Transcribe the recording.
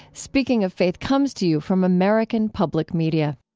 speaking of faith comes to you from american public media